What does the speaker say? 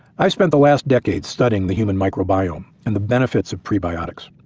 i spent the last decade studies the human microbiome and the benefits of prebiotics.